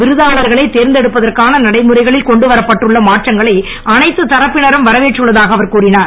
விருதாளர்களை தேர்ந்தெடுப்பதற்கான நடைமுறைகளில் கொண்டுவரப்பட்டுள்ள மாற்றங்களை அனைத்து தரப்பினரும் வரவேற்றுள்ளதாக அவர் கூறினார்